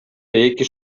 эки